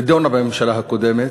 נדונה בממשלה הקודמת,